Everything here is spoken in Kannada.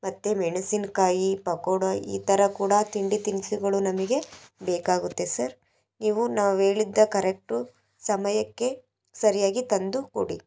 ಮತ್ತು ಮೆಣಸಿನಕಾಯಿ ಪಕೋಡ ಈ ಥರ ಕೂಡಾ ತಿಂಡಿ ತಿನಿಸುಗಳು ನಮಗೆ ಬೇಕಾಗುತ್ತೆ ಸರ್ ಇವು ನಾವು ಹೇಳಿದ್ದ ಕರೆಕ್ಟು ಸಮಯಕ್ಕೆ ಸರಿಯಾಗಿ ತಂದು ಕೊಡಿ